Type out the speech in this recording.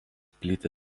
plyti